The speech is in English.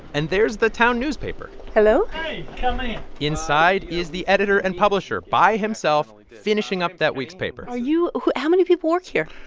and there's the town newspaper hello hey, come in inside is the editor and publisher by himself like finishing up that week's paper are you how many people work here?